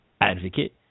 advocate